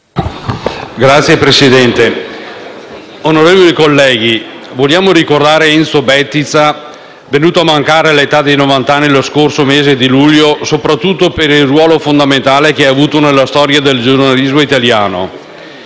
Signor Presidente, onorevoli colleghi, vogliamo ricordare Enzo Bettiza, venuto a mancare all'età di novant'anni lo scorso mese di luglio, soprattutto per il ruolo fondamentale che ha avuto nella storia del giornalismo italiano.